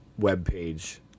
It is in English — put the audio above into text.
webpage